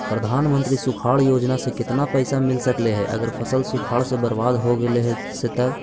प्रधानमंत्री सुखाड़ योजना से केतना पैसा मिल सकले हे अगर फसल सुखाड़ से बर्बाद हो गेले से तब?